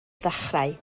ddechrau